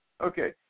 Okay